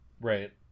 right